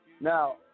Now